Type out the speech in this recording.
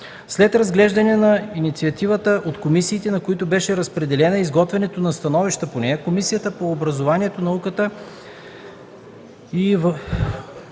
След разглеждане на инициативата от комисиите, на които беше разпределена, и изготвянето на становища по нея, Комисията по образованието, науката и